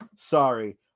Sorry